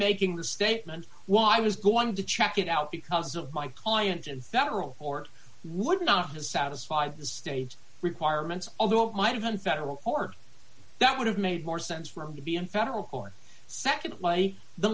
making the statement while i was going to check it out because of my client in federal court would not satisfy the state requirements although it might have been federal or that would have made more sense for me to be in federal court seconded by the